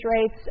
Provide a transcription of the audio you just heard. rates